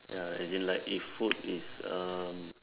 ya as in like if food is um